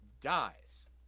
dies